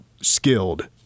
skilled